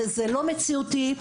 זה לא מציאותי.